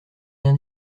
rien